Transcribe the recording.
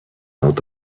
not